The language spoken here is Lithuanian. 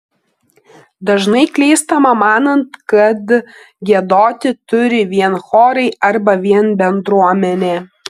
dažnai klystama manant kad giedoti turi vien chorai arba vien bendruomenė